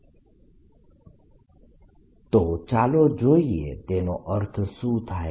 B04πI dl × r rr r3 તો ચાલો જોઈએ તેનો અર્થ શું થાય છે